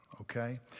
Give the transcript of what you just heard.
Okay